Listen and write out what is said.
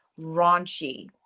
raunchy